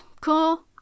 cool